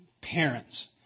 parents